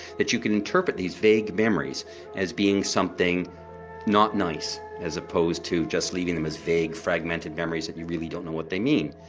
that you can interpret these vague memories as being something not nice as opposed to just leaving them as vague fragmented memories that we really don't know what they mean'.